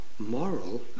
Moral